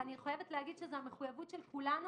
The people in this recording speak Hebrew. וזו המחויבות של כולנו.